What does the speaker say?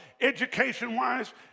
education-wise